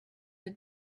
had